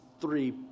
three